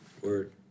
word